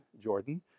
Jordan